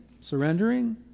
surrendering